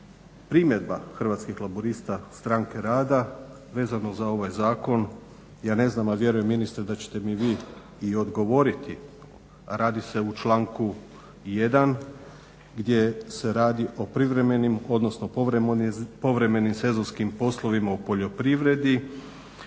primjedba Hrvatskih laburista-Stranke rada vezano za ovaj zakon, ja ne znam, a vjerujem ministre da ćete mi vi i odgovoriti. Radi se u članku 1.gdje se radi i povremenim sezonskim poslovima u poljoprivredi